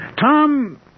Tom